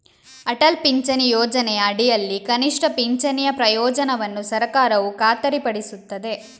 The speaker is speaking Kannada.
ಅಟಲ್ ಪಿಂಚಣಿ ಯೋಜನೆಯ ಅಡಿಯಲ್ಲಿ ಕನಿಷ್ಠ ಪಿಂಚಣಿಯ ಪ್ರಯೋಜನವನ್ನು ಸರ್ಕಾರವು ಖಾತರಿಪಡಿಸುತ್ತದೆ